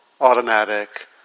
automatic